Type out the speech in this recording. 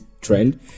trend